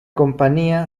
compañía